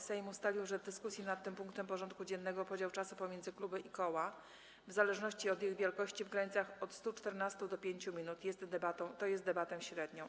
Sejm ustalił w dyskusji nad tym punktem porządku dziennego podział czasu pomiędzy kluby i koła, w zależności od ich wielkości, w granicach od 114 do 5 minut, tj. debatę średnią.